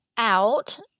out